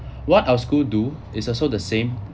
what our school do it's also the same